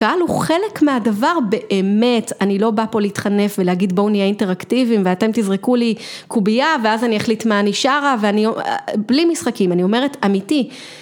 קהל הוא חלק מהדבר באמת, אני לא באה פה להתחנף ולהגיד בואו נהיה אינטראקטיביים ואתם תזרקו לי קובייה ואז אני אחליט מה אני שרה, בלי משחקים, אני אומרת אמיתי.